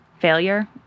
failure